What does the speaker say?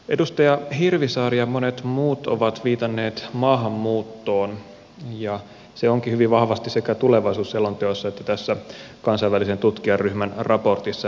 edustaja hirvisaari ja monet muut ovat viitanneet maahanmuuttoon ja se onkin hyvin vahvasti sekä tulevaisuusselonteossa että tässä kansainvälisen tutkijaryhmän raportissa esillä